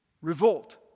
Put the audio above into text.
Revolt